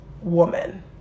woman